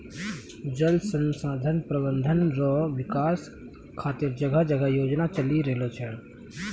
जल संसाधन प्रबंधन रो विकास खातीर जगह जगह योजना चलि रहलो छै